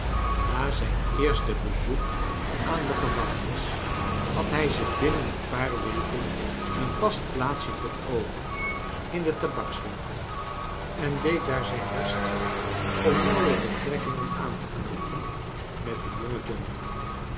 na zijn eerste bezoek aan de gevangenis had hij zich binnen een paar weken een vast plaatsje veroverd in den tabakswinkel en deed daar zijn best om nauwe betrekkingen aan te knoopen met den jongen john